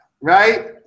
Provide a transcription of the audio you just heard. right